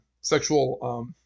sexual